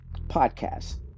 podcast